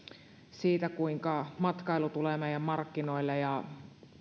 siitä kuinka matkailu tulee meidän markkinoille ja